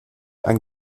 ein